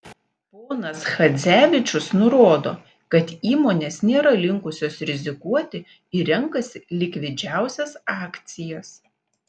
ponas chadzevičius nurodo kad įmonės nėra linkusios rizikuoti ir renkasi likvidžiausias akcijas